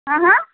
آ ہاں